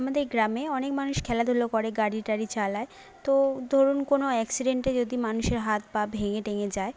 আমাদের গ্রামে অনেক মানুষ খেলাধুলো করে গাড়ি টাড়ি চালায় তো ধরুণ কোনো অ্যাক্সিডেন্টে যদি মানুষের হাত পা ভেঙে টেঙে যায়